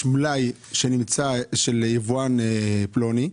מלאי ליבואן פלוני,